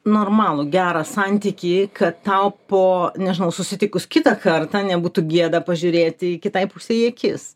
normalų gerą santykį kad tau po nežinau susitikus kitą kartą nebūtų gėda pažiūrėti kitai pusei į akis